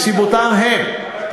מסיבותיהם הם,